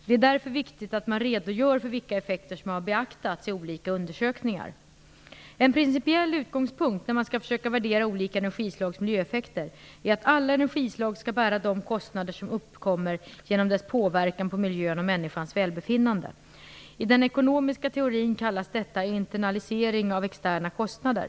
Det är därför viktigt att man redogör för vilka effekter som har beaktats i olika undersökningar. En principiell utgångspunkt när man skall försöka värdera olika energislags miljöeffekter är att alla energislag skall bära de kostnader som uppkommer genom deras påverkan på miljön och människans välbefinnande. I den ekonomiska teorin kallas detta internalisering av externa kostnader.